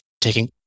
taking